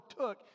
took